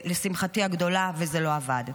לשמחתי הגדולה, וזה לא עבד.